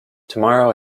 tomorrow